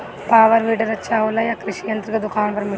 Power weeder अच्छा होला यह कृषि यंत्र के दुकान पर मिली?